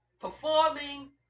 performing